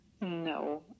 No